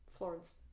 Florence